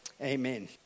Amen